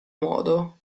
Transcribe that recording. modo